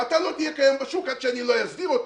ואתה לא תהיה קיים בשוק עד שאסדיר אותו